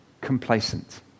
complacent